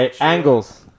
angles